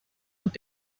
und